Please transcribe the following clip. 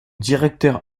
directeur